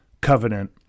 Covenant